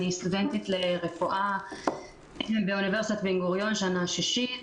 אני סטודנטית לרפואה באוניברסיטה בן-גוריון שנה שישית,